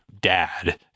dad